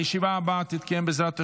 הישיבה הבאה תתקיים, בעזרת השם,